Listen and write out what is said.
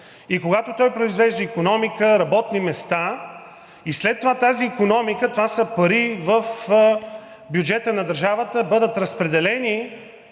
и когато той произвежда икономика, работни места и след това тази икономика – това са пари в бюджета на държавата, и бъдат разпределени